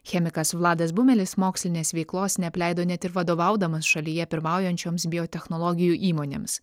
chemikas vladas bumelis mokslinės veiklos neapleido net ir vadovaudamas šalyje pirmaujančioms biotechnologijų įmonėms